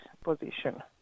position